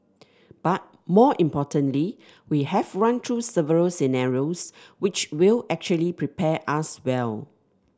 but more importantly we have run through several scenarios which will actually prepare us well